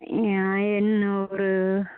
என்ன ஒரு